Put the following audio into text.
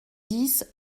dix